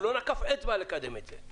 לא נקף אצבע לקדם את זה.